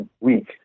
week